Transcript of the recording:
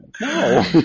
No